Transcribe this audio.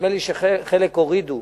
נדמה לי שחלק הורידו